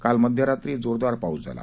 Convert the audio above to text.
काल मध्यरात्री जोरदार पाऊस झाला